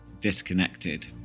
Disconnected